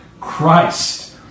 Christ